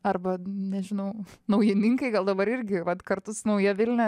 arba nežinau naujininkai gal dabar irgi vat kartu su nauja vilnia